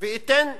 ואתן דוגמאות,